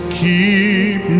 keep